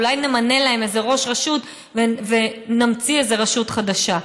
אולי נמנה להן איזה ראש רשות ונמציא איזה רשות חדשה.